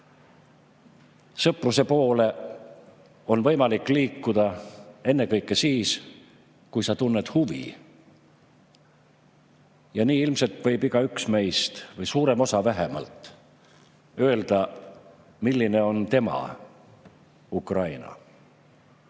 Sõpruse poole on võimalik liikuda ennekõike siis, kui sa tunned huvi. Ja nii ilmselt võib igaüks või vähemalt suurem osa meist öelda, milline on tema Ukraina.